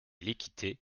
l’équité